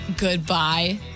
goodbye